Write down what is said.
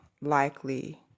likely